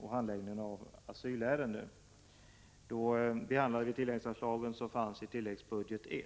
och handläggningen av asylärenden. Då behandlades de tilläggsanslag som föreslagits i Tilläggsbudget 1.